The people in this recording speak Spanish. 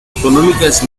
económicas